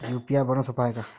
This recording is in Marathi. यू.पी.आय भरनं सोप हाय का?